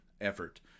effort